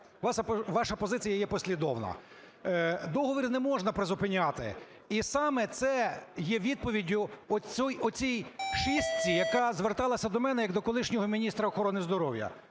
ваша позиція є послідовна. Договір не можна призупиняти. І саме це є відповіддю оцій шістці, яка зверталася до мене як до колишнього міністра охорони здоров'я.